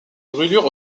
brûlures